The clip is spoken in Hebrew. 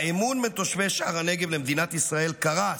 האמון בין תושבי שער הנגב למדינת ישראל קרס.